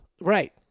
Right